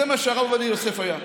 זה מה שהרב עובדיה יוסף היה.